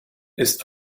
ist